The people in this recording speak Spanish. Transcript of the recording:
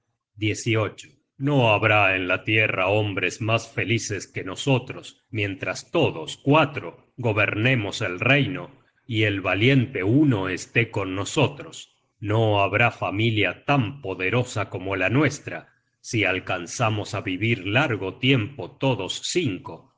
fidelidad no habrá en la tierra hombres mas felices que nosotros mientras todos cuatro gobernemos el reino y el valiente huno esté con nosotros no habrá familia tan poderosa como la nuestra si alcanzamos á vivir largo tiempo todos cinco